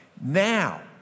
now